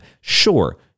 Sure